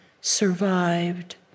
survived